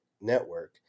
network